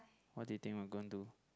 what do you think we are going do